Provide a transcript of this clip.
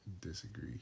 Disagree